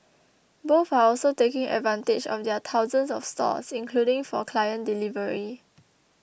both are also taking advantage of their thousands of stores including for client delivery